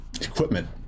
equipment